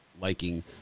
Liking